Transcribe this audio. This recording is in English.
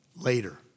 Later